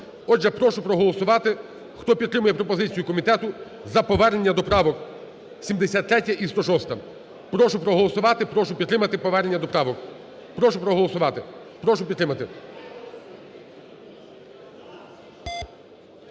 Отже, прошу проголосувати. Хто підтримує пропозицію комітету за повернення до правок 73 і 106. Прошу проголосувати, прошу підтримати повернення до правок. Прошу проголосувати, прошу підтримати.